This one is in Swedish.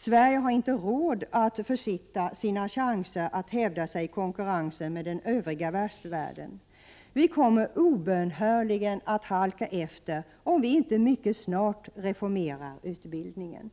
Sverige har inte råd att försitta sina chanser att hävda sig i konkurrensen med den övriga västvärlden. Vi kommer obönhörligen att halka efter om vi inte mycket snart reformerar utbildningen.